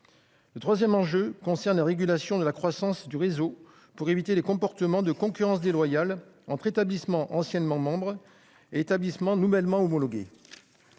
Le troisième enjeu concerne la régulation de la croissance du réseau, afin d'éviter la concurrence déloyale entre établissements anciennement membres et établissements nouvellement homologués.